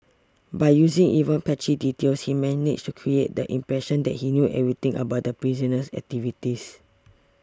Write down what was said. by using even patchy details he managed to create the impression that he knew everything about the prisoner's activities